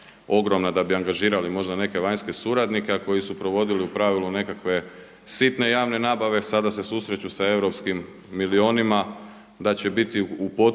ogromna da bi angažirali možda neke vanjske suradnike, a koji su provodili u pravilu nekakve sitne javne nabave. Sada se susreću sa europskim milijunima da će biti u potpunosti